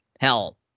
Hell